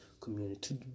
community